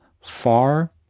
far